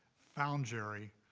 found jerry,